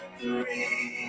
three